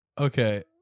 Okay